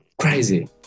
crazy